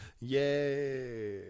Yay